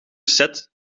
set